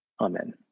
Amen